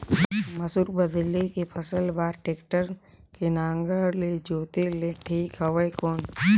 मसूर बदले के फसल बार टेक्टर के नागर ले जोते ले ठीक हवय कौन?